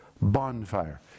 bonfire